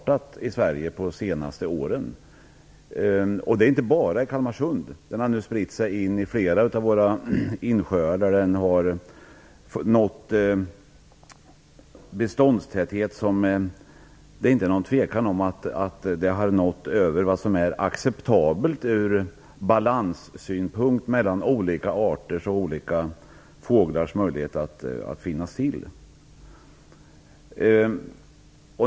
Det nämnde också jordbruksministern. Det gäller inte bara Kalmarsund. Den har nu spritt sig in i flera av våra insjöar. Där har den nått en beståndstäthet som utan tvekan överstiger vad som är acceptabelt med tanke på balansen mellan olika arter och olika fåglars möjligheter att finnas till.